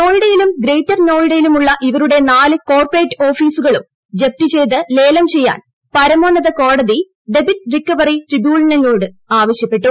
നോയിഡയിലും greater നോയിഡയിലുമുള്ള ഇവരുടെ നാല് കോർപ്പറേറ്റ് ഓഫീസുകളും ജപ്തി ചെയ്ത് ലേലം ചെയ്യാൻ പരമോന്നത് കോടതി ഡെബ്റ്റ് റിക്കവറി ട്രിബ്യൂണലിനോട് ആവശ്യപ്പെട്ടു